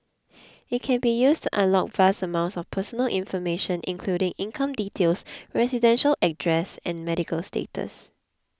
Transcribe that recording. it can be used to unlock vast amounts of personal information including income details residential address and medical status